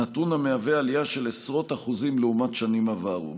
נתון המהווה עלייה של עשרות אחוזים לעומת שנים עברו.